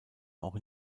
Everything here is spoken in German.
auch